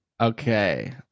Okay